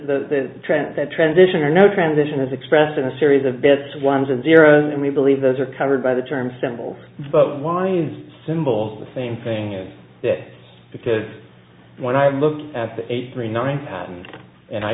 the trends that transition or no transition is expressed in a series of bets ones and zeros and we believe those are covered by the term simple but why is symbols the same thing as that because when i look at the eight three nine patent and i